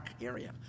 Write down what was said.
area